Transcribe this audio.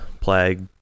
Plague